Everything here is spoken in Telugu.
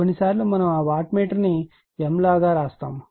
కొన్నిసార్లు మనం ఆ వాట్మీటర్ ను m లాగా వ్రాస్తాము